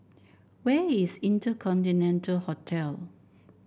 where is InterContinental Hotel